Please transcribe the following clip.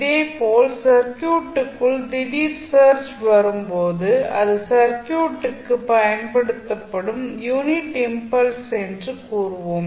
இதேபோல் சர்க்யூட்டுக்குள் திடீர் சர்ஜ் வரும்போது அது சர்க்யூடுக்கு பயன்படுத்தப்படும் யுனிட் இம்பல்ஸ் என்று கூறுவோம்